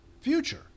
future